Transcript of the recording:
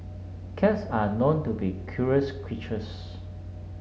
cats are known to be curious creatures